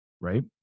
Right